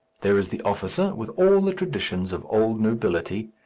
there is the officer, with all the traditions of old nobility,